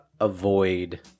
avoid